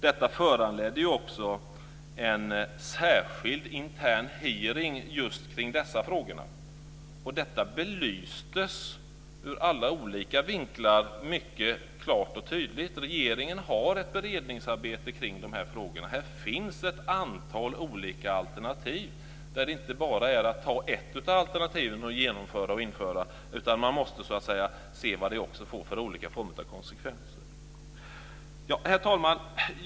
Detta föranledde också en särskild intern hearing kring dessa frågor. Detta belystes ur alla olika vinklar mycket klart och tydligt. Regeringen bedriver ett beredningsarbete kring de här frågorna. Här finns ett antal olika alternativ. Det är inte bara att ta ett av alternativet och införa det. Man måste också se vad det får för konsekvenser. Fru talman!